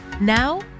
Now